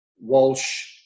Walsh